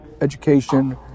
education